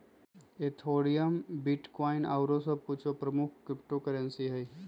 Ethereum, bitcoin आउरो सभ कुछो प्रमुख क्रिप्टो करेंसी हइ